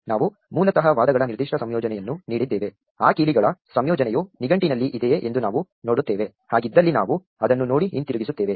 ನಾವು ಮೂಲತಃ ವಾದಗಳ ನಿರ್ದಿಷ್ಟ ಸಂಯೋಜನೆಯನ್ನು ನೀಡಿದ್ದೇವೆ ಆ ಕೀಲಿಗಳ ಸಂಯೋಜನೆಯು ನಿಘಂಟಿನಲ್ಲಿ ಇದೆಯೇ ಎಂದು ನಾವು ನೋಡುತ್ತೇವೆ ಹಾಗಿದ್ದಲ್ಲಿ ನಾವು ಅದನ್ನು ನೋಡಿ ಹಿಂತಿರುಗಿಸುತ್ತೇವೆ